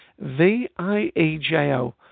V-I-E-J-O